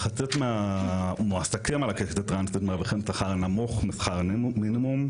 מחצית מהמועסקים על הקשת הטרנסית מרוויחים שכר נמוך משכר המינימום,